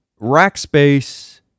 Rackspace